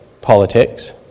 politics